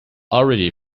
already